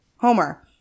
homer